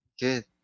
Good